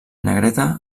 negreta